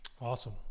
Awesome